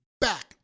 back